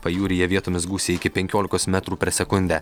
pajūryje vietomis gūsiai iki penkiolikos metrų per sekundę